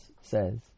says